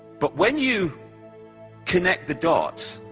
but when you connect the dots,